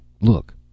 Look